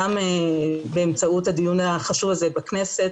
גם באמצעות הדיון החשוב הזה בכנסת,